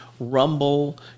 Rumble